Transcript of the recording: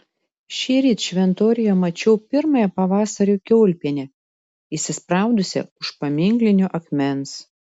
šįryt šventoriuje mačiau pirmąją pavasario kiaulpienę įsispraudusią už paminklinio akmens